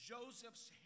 Joseph's